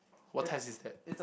what test is that